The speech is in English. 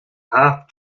half